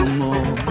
more